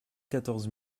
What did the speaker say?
quatorze